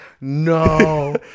No